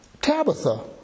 Tabitha